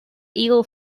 eagle